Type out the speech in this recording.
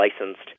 licensed